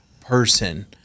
person